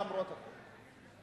למרות הכול,